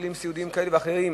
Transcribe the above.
ובתי-חולים סיעודיים כאלה ואחרים,